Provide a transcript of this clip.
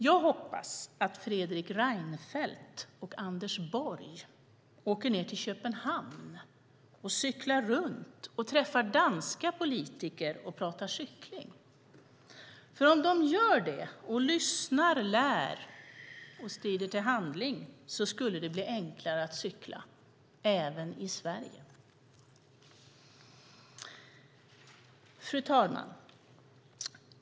Jag hoppas att Fredrik Reinfeldt och Anders Borg åker till Köpenhamn och cyklar runt och träffar danska politiker och pratar cykling. Om de gör det och lyssnar, lär och skrider till handling skulle det bli enklare att cykla även i Sverige. Fru talman!